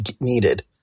needed